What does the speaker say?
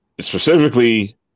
specifically